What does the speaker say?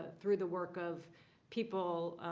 through the work of people,